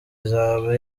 izaba